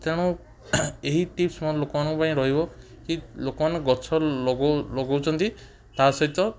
ତେଣୁ ଏହି ଟିପ୍ସ ମୋର ଲୋକମାନଙ୍କ ପାଇଁ ରହିବ କି ଲୋକମାନେ ଗଛ ଲଗଉ ଲଗଉଛନ୍ତି ତାସହିତ